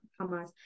Hamas